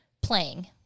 playing